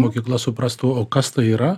mokykla suprastų o kas tai yra